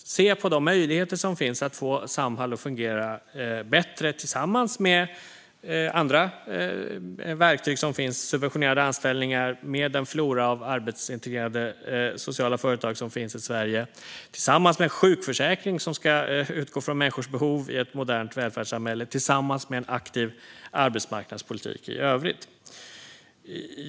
Man behöver se på de möjligheter som finns att få Samhall att fungera bättre tillsammans med andra verktyg, som subventionerade anställningar och den flora av arbetscertifierade sociala företag som finns i Sverige tillsammans med en sjukförsäkring som ska utgå från människors behov i ett modernt välfärdssamhälle och en aktiv arbetsmarknadspolitik i övrigt.